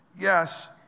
yes